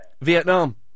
Vietnam